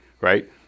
right